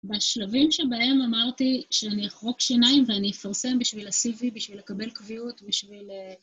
בשלבים שבהם אמרתי שאני אחרוק שיניים ואני אפרסם בשביל ה-CV, בשביל לקבל קביעות, בשביל אה...